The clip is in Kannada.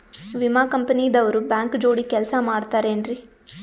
ವಿಮಾ ಕಂಪನಿ ದವ್ರು ಬ್ಯಾಂಕ ಜೋಡಿ ಕೆಲ್ಸ ಮಾಡತಾರೆನ್ರಿ?